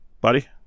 Buddy